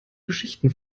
geschichten